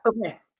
Okay